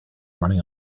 running